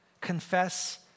confess